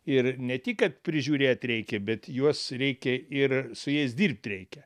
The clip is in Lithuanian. ir ne tik kad prižiūrėt reikia bet juos reikia ir su jais dirbt reikia